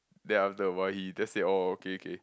then after a while he just say orh okay okay